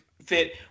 Fit